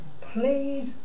please